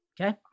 Okay